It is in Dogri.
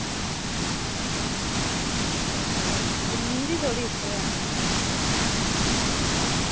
अच्छा जमीन बी थोआढ़ी उत्थै गै